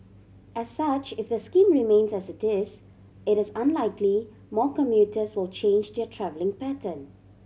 as such if the scheme remains as it is it is unlikely more commuters will change their travelling pattern